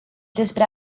despre